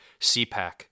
CPAC